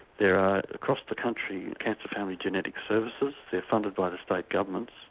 there are across the country, cancer family genetic services, they're funded by the state governments,